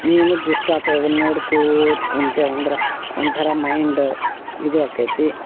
ಮೀನದು ಇಷ್ಟಾತು ಅದನ್ನ ನೋಡ್ಕೋತ ಕುಂತೇವಿ ಅಂದ್ರ ಒಂಥರ ಮೈಂಡ್ ಇದು ಆಕೈತಿ